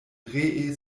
ree